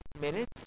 minutes